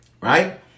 right